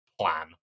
plan